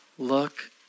Look